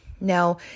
Now